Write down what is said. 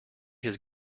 his